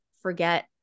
forget